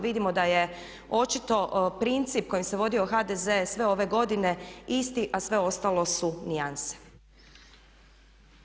Vidimo da je očito princip kojim se vodio HDZ sve ove godine isti a sve ostalo su nijanse.